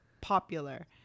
popular